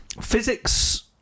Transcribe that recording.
Physics